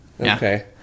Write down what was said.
Okay